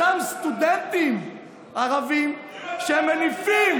אותם סטודנטים ערבים שמניפים,